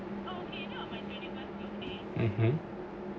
mmhmm